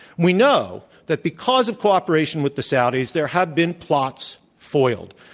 we know that because of cooperation with the saudis, there have been plots foiled.